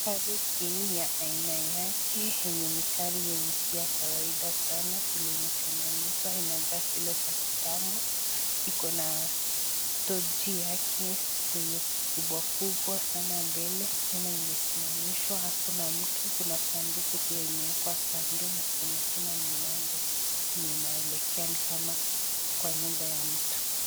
Gari hii ya aina yake yenye ni gari yenye si ya kawaida sana vile imetengenezwa inakaa zile za kitambo. Iko na tochi yake zenye kubwa kubwa sana mbele. Tena imesimamishwa hakuna mtu. Kuna sanduku pia imewekwa kando na kuna tena mlango yenye inaelekea ni kama kwa nyumba ya mtu.